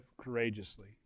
courageously